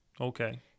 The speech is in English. Okay